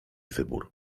wybór